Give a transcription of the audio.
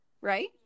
Right